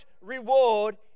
reward